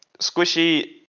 Squishy